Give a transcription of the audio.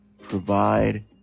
provide